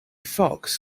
fox